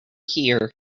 here